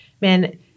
man